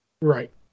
Right